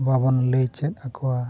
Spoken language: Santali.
ᱵᱟᱵᱚᱱ ᱞᱟᱹᱭ ᱪᱮᱫ ᱟᱠᱚᱣᱟ